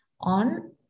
on